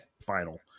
final